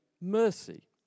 mercy